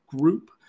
group